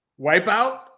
Wipeout